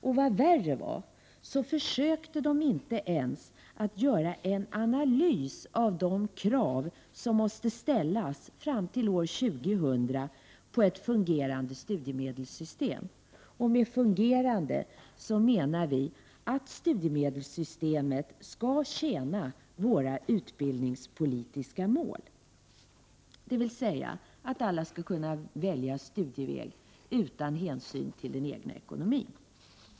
Och vad värre var så försökte den inte ens att göra en analys av de krav som måste ställas fram till år 2000 på ett fungerande studiemedelssystem, och med ett fungerande studiemedelssystem menar vpk att studiemedelssystemet skall tjäna våra utbildningspolitiska mål, dvs. att alla skall kunna välja studieväg utan hänsyn till den egna ekonomin.